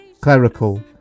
clerical